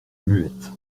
muette